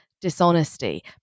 dishonesty